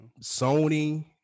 Sony